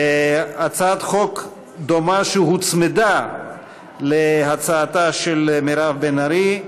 הצעת חוק דומה שהוצמדה להצעתה של מירב בן ארי: